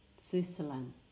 Switzerland